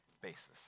basis